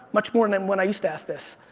much more than when i used to ask this.